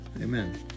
Amen